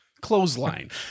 Clothesline